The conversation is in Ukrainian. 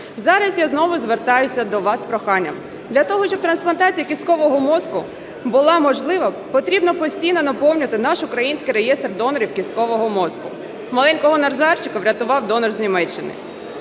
Зараз я знову звертаюся до вас із проханням. Для того, щоб трансплантація кісткового мозку була можливою, потрібно постійно наповнювати наш український реєстр донорів кісткового мозку. Маленького Назарчика врятував донор з Німеччини.